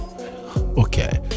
Okay